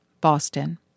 Boston